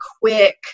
quick